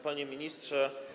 Panie Ministrze!